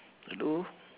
hello